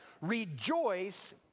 rejoice